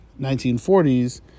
1940s